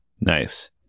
Nice